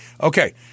Okay